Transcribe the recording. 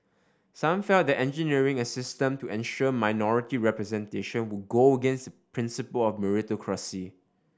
some felt that engineering a system to ensure minority representation would go against the principle of meritocracy